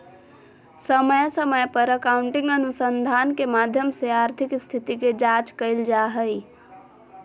समय समय पर अकाउन्टिंग अनुसंधान के माध्यम से आर्थिक स्थिति के जांच कईल जा हइ